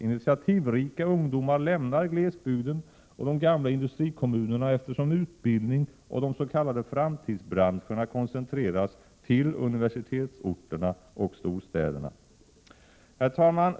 Initiativrika ungdomar lämnar glesbygden och de gamla industrikommunerna, eftersom utbildning och de s.k. framtidsbranscherna koncentreras till universitetsorterna och storstäderna. Herr talman!